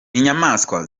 inyamaswa